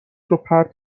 روپرت